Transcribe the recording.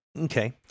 Okay